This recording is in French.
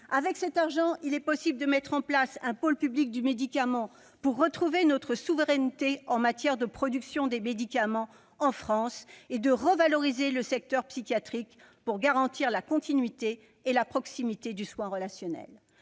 Avec cet argent, il est possible de mettre en place un pôle public du médicament pour retrouver notre souveraineté en matière de production en France et de revaloriser le secteur psychiatrique pour garantir la continuité et la proximité du soin relationnel.